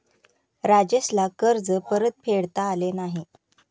राजेशला कर्ज परतफेडता आले नाही